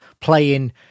playing